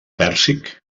pèrsic